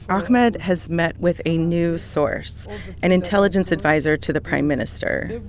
ahmed has met with a new source an intelligence adviser to the prime minister.